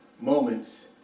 moments